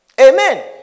Amen